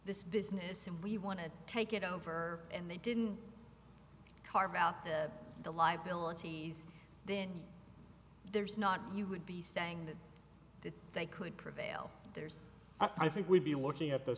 this business and we want to take it over and they didn't carve out the liabilities then there's not you would be saying that if they could prevail there's i think we'd be looking at the